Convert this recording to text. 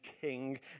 king